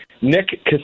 Nick